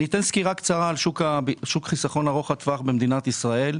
אני אתן סקירה קצרה על שוק החיסכון ארוך הטווח במדינת ישראל.